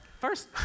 first